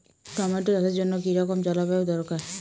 Tomato চাষের জন্য কি রকম জলবায়ু দরকার?